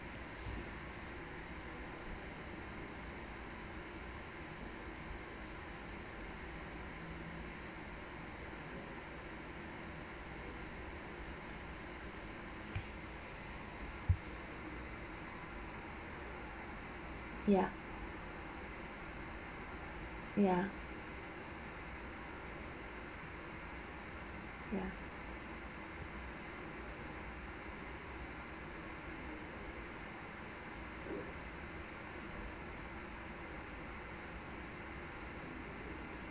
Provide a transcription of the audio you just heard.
ya ya ya